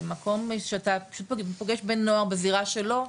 במקום שאתה פשוט פוגש בן נוער בזירה שלו,